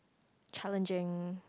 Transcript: challenging